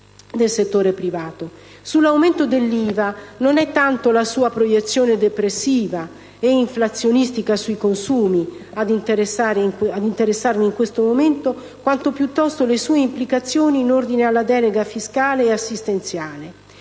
Sull'aumento dell'IVA, non è tanto la sua proiezione depressiva e inflazionistica sui consumi ad interessarmi in questo momento, quanto piuttosto le sue implicazioni in ordine alla delega fiscale e assistenziale.